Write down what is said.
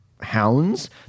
hounds